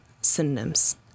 synonyms